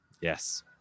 Yes